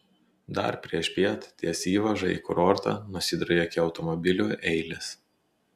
dar priešpiet ties įvaža į kurortą nusidriekė automobilių eilės